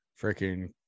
freaking